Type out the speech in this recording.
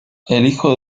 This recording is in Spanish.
hijo